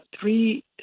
three